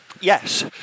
Yes